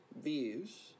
Views